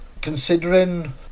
Considering